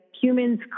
humans